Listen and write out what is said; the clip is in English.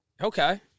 Okay